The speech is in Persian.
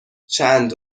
چند